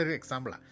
example